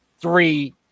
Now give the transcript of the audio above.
three